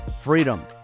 freedom